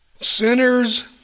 Sinners